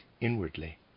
inwardly